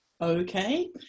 okay